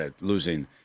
losing